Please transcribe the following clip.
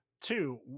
Two